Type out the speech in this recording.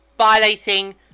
violating